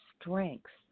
strengths